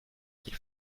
qu’il